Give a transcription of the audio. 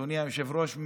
אדוני היושב-ראש,